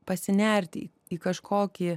pasinerti į kažkokį